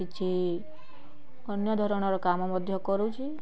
କିଛି ଅନ୍ୟ ଧରଣର କାମ ମଧ୍ୟ କରୁଛି